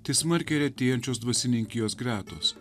tai smarkiai retėjančios dvasininkijos gretos